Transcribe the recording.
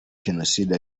jenoside